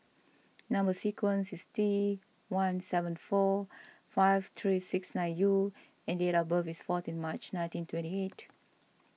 Number Sequence is T one seven four five three six nine U and date of birth is fourteen March nineteen twenty eight